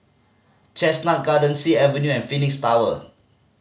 Chestnut Gardens Sea Avenue and Phoenix Tower